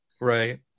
Right